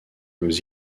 aux